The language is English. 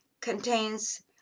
contains